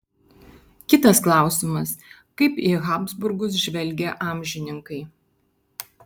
kitas klausimas kaip į habsburgus žvelgė amžininkai